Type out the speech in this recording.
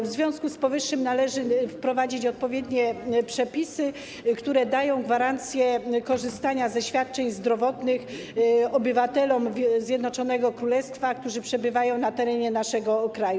W związku z powyższym należy wprowadzić odpowiednie przepisy, które dają gwarancję korzystania ze świadczeń zdrowotnych obywatelom Zjednoczonego Królestwa, którzy przebywają na terenie naszego kraju.